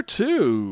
two